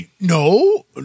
No